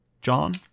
John